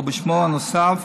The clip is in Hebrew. או בשמו הנוסף,